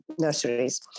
nurseries